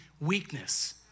weakness